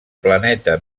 planeta